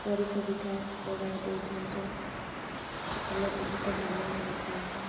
ପରି ସୁବିଧା ଯୋଗାଇ ଦେଇଥାନ୍ତେ ହେଲେ ବହୁତ ଭଲ ହେଇଥାନ୍ତା